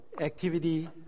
activity